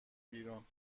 بیرون